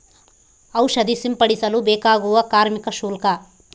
ಔಷಧಿ ಸಿಂಪಡಿಸಲು ಬೇಕಾಗುವ ಕಾರ್ಮಿಕ ಶುಲ್ಕ?